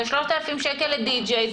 זה 3,000 שקל לדי-ג'י,